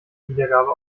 wiedergabe